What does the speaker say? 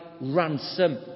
ransom